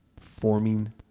forming